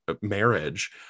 marriage